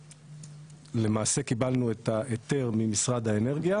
למעשה קיבלנו את ההיתר ממשרד האנרגיה